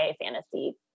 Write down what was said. fantasy